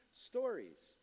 stories